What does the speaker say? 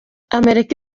amerika